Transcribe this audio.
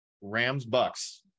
Rams-Bucks